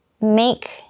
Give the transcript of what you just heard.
make